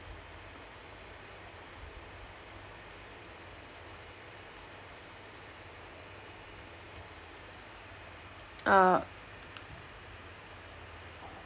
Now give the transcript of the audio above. err